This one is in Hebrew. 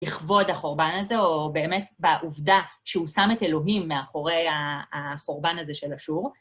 לכבוד החורבן הזה, או באמת בעובדה שהוא שם את אלוהים מאחורי החורבן הזה של אשור.